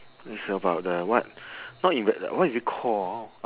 is about the what not inve~ what is it call uh